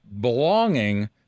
belonging